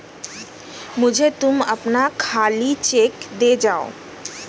मुझे तुम अपना खाली चेक दे जाओ